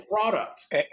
product